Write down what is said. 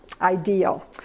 ideal